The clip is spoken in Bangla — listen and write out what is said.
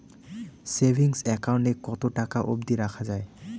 সেভিংস একাউন্ট এ কতো টাকা অব্দি রাখা যায়?